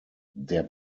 der